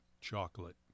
chocolate